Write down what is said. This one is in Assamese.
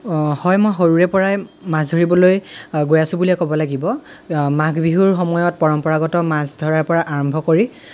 হয় মই সৰুৰে পৰাই মাছ ধৰিবলৈ গৈ আছোঁ বুলিয়ে ক'ব লাগিব মাঘ বিহুৰ সময়ত পৰম্পৰাগত মাছ ধৰাৰ পৰা আৰম্ভ কৰি